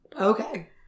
Okay